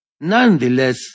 Nonetheless